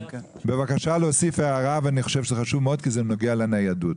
בבקשה להוסיף הערה שאני חושב שהיא חשובה מאוד כי היא נוגעת לניידות.